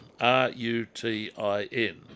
R-U-T-I-N